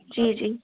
जी जी